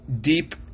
deep